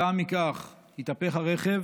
כתוצאה מכך התהפך הרכב,